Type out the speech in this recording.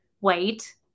wait